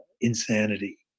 insanity